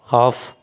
half